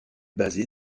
basé